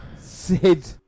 Sid